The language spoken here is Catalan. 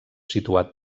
situat